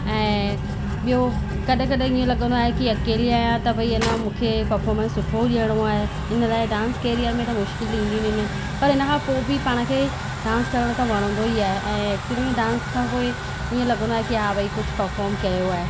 ऐं ॿियो कॾहिं कॾहिं हीअं लॻंदो आहे की अकेली आहियां त भई अन मूंखे परफॉर्मेंस सुठो ॾियणो आहे इन लाइ डांस कैरियर में त मुश्किली ईंदी वेंदियूं आहिनि पर इन खां पोइ बि पाण खे डांस करणु त वणंदो ई आहे ऐं एक्चुअली में डांस खां पोए हीअं लॻंदो आहे की हा भई कुझु परफॉर्म कयो आहे